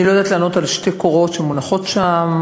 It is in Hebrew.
אני לא יודעת לענות על שתי קורות שמונחות שם.